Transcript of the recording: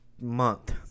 month